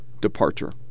departure